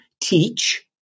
teach